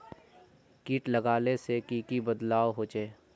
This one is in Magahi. किट लगाले से की की बदलाव होचए?